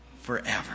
forever